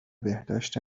بهداشت